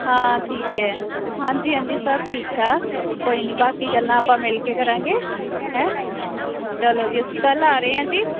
ਹਾਂ ਠੀਕ ਹੈ ਹਾਂਜੀ ਹਾਂਜੀ ਸਭ ਠੀਕ ਠਾਕ ਕੋਈ ਨਹੀਂ ਬਾਕੀ ਗੱਲਾਂ ਆਪਾਂ ਮਿਲ ਕੇ ਕਰਾਂਗੇ ਹੈ ਚਲੋ ਜੀ ਅਸੀਂ ਕੱਲ੍ਹ ਆ ਰਹੇ ਹਾਂ ਜੀ